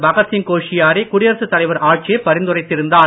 பகத்சிங் கோஷியாரி குடியரசுத் தலைவர் ஆட்சியை பரிந்துரைத்திருந்தார்